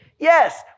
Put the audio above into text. Yes